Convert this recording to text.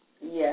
yes